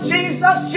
Jesus